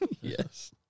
yes